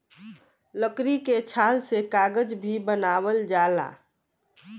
लकड़ी के छाल से कागज भी बनावल जाला